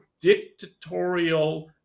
dictatorial